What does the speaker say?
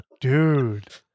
Dude